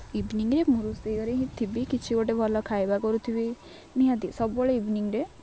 ଇଭିନିଂରେ ମୁଁ ରୋଷେଇ ଘରେ ହିଁ ଥିବି କିଛି ଗୋଟେ ଭଲ ଖାଇବା କରୁଥିବି ନିହାତି ସବୁବେଳେ ଇଭିନିଂରେ